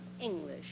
English